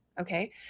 okay